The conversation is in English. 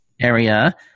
area